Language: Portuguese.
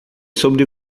sobre